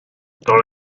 dans